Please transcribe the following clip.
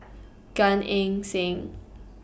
Gan Eng Seng